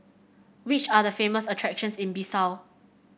which are the famous attractions in Bissau